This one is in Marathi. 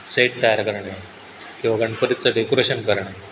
सेट तयार करणे किंवा गणपतीचं डेकोरेशन करणे